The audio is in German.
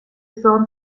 sohn